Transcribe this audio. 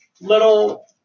little